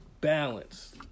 balance